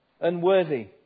unworthy